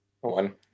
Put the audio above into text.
One